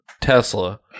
Tesla